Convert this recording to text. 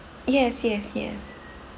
yes yes yes